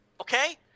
Okay